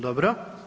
Dobro.